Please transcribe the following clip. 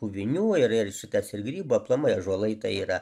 puvinių ir ir šitas ir grybo aplamai ąžuolai tai yra